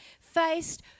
faced